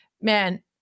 man